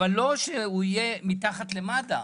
אבל לא שהוא יהיה מתחת למד"א,